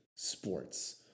sports